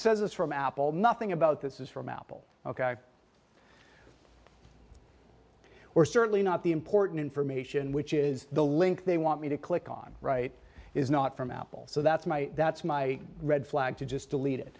this from apple nothing about this is from apple or certainly not the important information which is the link they want me to click on right is not from apple so that's my that's my red flag to just delete it